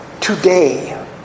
today